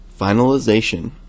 Finalization